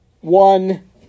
one